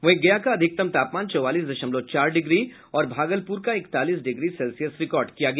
वहीं गया का अधिकतम तापमान चौवालिस दशमलव चार डिग्री और भागलपुर का इकतालीस डिग्री सेल्सियस रिकॉर्ड किया गया